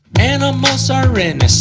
animals are innocent.